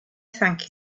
thank